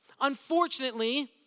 Unfortunately